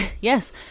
Yes